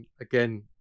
again